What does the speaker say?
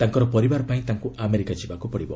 ତାଙ୍କର ପରିବାର ପାଇଁ ତାଙ୍କୁ ଆମେରିକା ଯିବାକୁ ପଡ଼ିବ